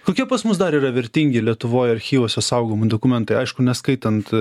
kokie pas mus dar yra vertingi lietuvoj archyvuose saugomi dokumentai aišku neskaitant